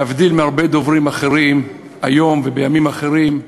להבדיל מהרבה דוברים אחרים, היום ובימים אחרים,